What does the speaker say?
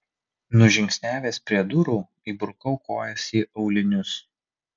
nužingsniavęs prie durų įbrukau kojas į aulinius